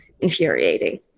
infuriating